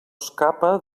escapa